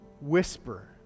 whisper